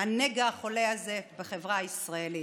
הנגע החולה הזה בחברה הישראלית.